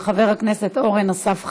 של חבר הכנסת אורן אסף חוזן,